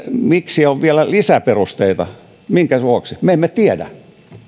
miksi on vielä lisäperusteita minkä vuoksi me emme tiedä